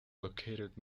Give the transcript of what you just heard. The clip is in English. located